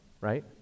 right